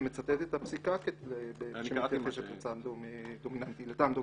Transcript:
ומצטטת את הפסיקה שמתייחסת לטעם דומיננטי.